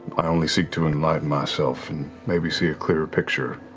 i only seek to enlighten myself and maybe see a clearer picture.